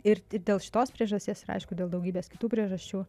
ir dėl šitos priežasties ir aišku dėl daugybės kitų priežasčių